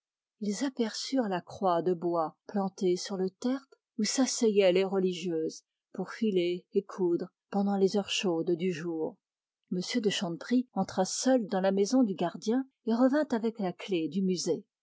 ils aperçurent la croix des bois plantée sur le tertre où s'asseyaient les religieuses pour filer et coudre pendant les heures chaudes du jour m de chanteprie entra seul dans la maison du gardien et revint avec la clef du musée